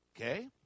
Okay